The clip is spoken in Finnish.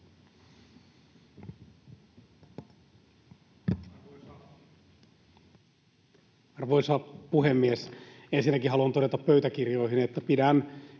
Arvoisa puhemies! Ensinnäkin haluan todeta pöytäkirjoihin, että pidän